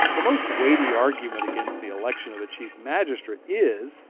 the most weighty argument against the election of a chief magistrate is,